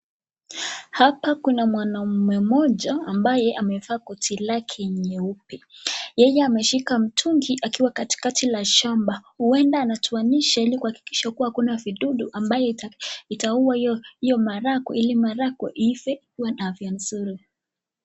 Hapa kuna mwanaume mmoja ambaye amevaa koti lake nyeupe. Yeye ameshika mtungi, akiwa katikati la shamba, huenda anatuanisha ili kuhakikisha kuwa hakuna vidudu ambaye itaua hiyo maharagwe ili maharagwe iive ikiwa na afya mzuri.